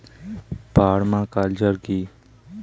Parma culture কি?